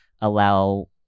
allow